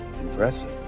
Impressive